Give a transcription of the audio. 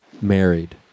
married